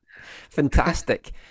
Fantastic